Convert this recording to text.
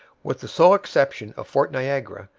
with the sole exception of fort niagara,